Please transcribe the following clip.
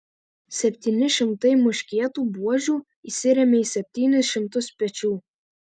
septyni šimtai muškietų buožių įsirėmė į septynis šimtus pečių